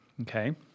okay